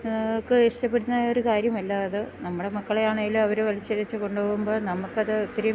നമുക്ക് ഇഷ്ടപ്പെടുന്ന ഒരു കാര്യമല്ല അത് നമ്മുടെ മക്കളെയാണേൽ അവർ വലിച്ചിഴച്ച് കൊണ്ട് പോകുമ്പോൾ നമുക്ക് അത് ഒത്തിരിയും